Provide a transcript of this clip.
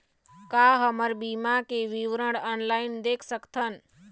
का हमर बीमा के विवरण ऑनलाइन देख सकथन?